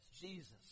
Jesus